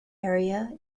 area